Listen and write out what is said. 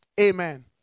Amen